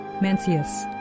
Mencius